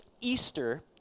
Easter